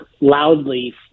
loudly